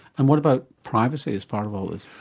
and what about privacy as part of all this?